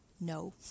No